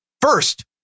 First